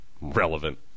relevant